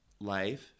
life